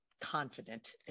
confident